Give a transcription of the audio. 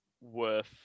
worth